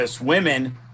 women